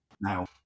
now